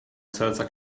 salsa